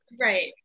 right